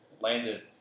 landed